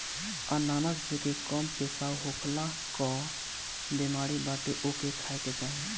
अनानास जेके कम पेशाब होखला कअ बेमारी बाटे ओके खाए के चाही